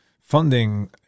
funding